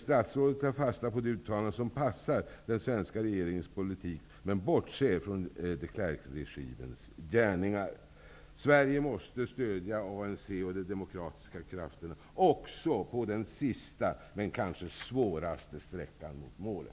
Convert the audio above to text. Statsrådet tar fasta på de uttalanden som passar den svenska regeringens politik, men han bortser från de Klerk-regimens gärningar. Sverige måste stödja ANC och de demokratiska krafterna också på den sista men kanske svåraste sträckan mot målet.